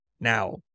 now